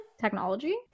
technology